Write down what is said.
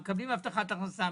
הבטחת הכנסה,